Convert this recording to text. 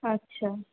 আচ্ছা